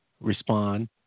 respond